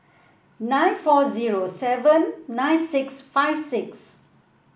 nine four zero seven nine six five six